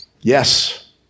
Yes